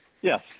Yes